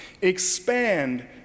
Expand